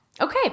Okay